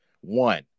one